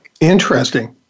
Interesting